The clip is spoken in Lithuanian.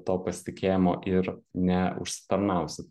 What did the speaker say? to pasitikėjimo ir neužsitarnausit